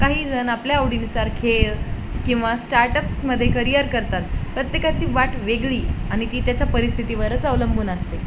काही जण आपल्या आवडीनुसार खेळ किंवा स्टार्टअप्समध्ये करियर करतात प्रत्येकाची वाट वेगळी आणि ती त्याच्या परिस्थितीवरच अवलंबून असते